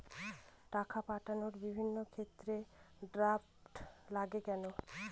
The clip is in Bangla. টাকা পাঠানোর বিভিন্ন ক্ষেত্রে ড্রাফট লাগে কেন?